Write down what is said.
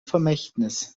vermächtnis